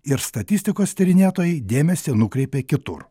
ir statistikos tyrinėtojai dėmesį nukreipė kitur